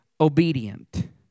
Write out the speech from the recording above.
obedient